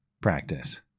practice